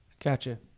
Gotcha